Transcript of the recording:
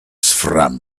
from